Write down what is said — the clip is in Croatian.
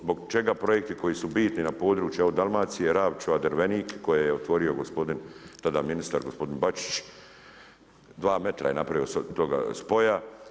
Zbog čega projekti koji su bitni na području evo Dalmacije, Ravčeva, Drvenik koje je otvorio gospodin tada ministar gospodin Bačić, dva metra je napravio toga spoja.